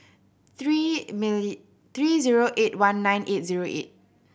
three three zero eight one nine eight zero eight